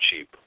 cheap